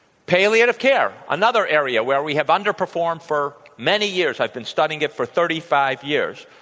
palliative care, another area where we have underperformed for many years. i've been studying it for thirty five years.